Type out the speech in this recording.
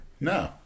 No